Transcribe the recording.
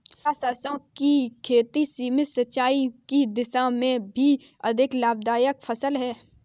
क्या सरसों की खेती सीमित सिंचाई की दशा में भी अधिक लाभदायक फसल है?